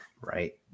Right